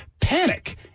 panic